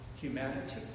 humanity